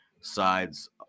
sides